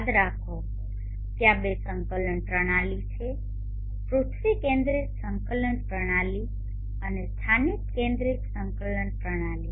યાદ રાખો ત્યાં બે સંકલન પ્રણાલીઓ છે પૃથ્વી કેન્દ્રિત સંકલન પ્રણાલી અને સ્થાનિક કેન્દ્રિત સંકલન પ્રણાલી